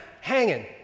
hanging